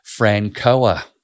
Francoa